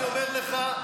אני אומר לך,